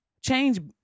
change